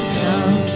come